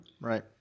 Right